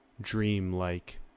dream-like